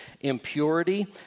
impurity